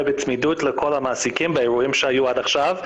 בצמידות לכל המעסיקים באירועים שהיו עד עכשיו,